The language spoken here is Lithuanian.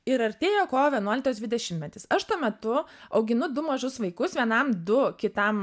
ir artėjo kovo vienuoliktos dvidešimtmetis aš tuo metu auginu du mažus vaikus vienam du kitam